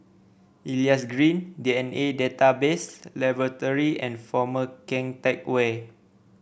Elias Green D N A Database Laboratory and Former Keng Teck Whay